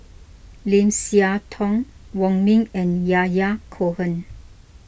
Lim Siah Tong Wong Ming and Yahya Cohen